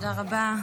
תודה רבה.